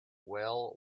well